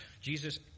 Jesus